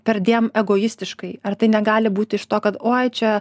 perdėm egoistiškai ar tai negali būti iš to kad oi čia